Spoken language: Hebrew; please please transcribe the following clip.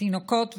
תינוקות וילדים.